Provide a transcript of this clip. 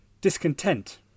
discontent